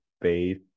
space